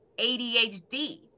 ADHD